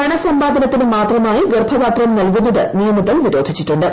പണസമ്പാദനത്തിന് മാത്രമായി ഗർഭപാത്രം നൽകുന്നത് നിയമത്തിൽ നിരോധിച്ചിട്ടുണ്ട്